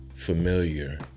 Familiar